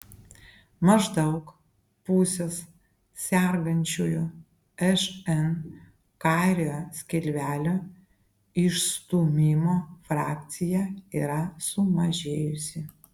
maždaug pusės sergančiųjų šn kairiojo skilvelio išstūmimo frakcija yra sumažėjusi